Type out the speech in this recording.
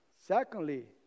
Secondly